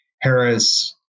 Harris